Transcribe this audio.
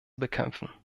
bekämpfen